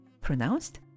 pronounced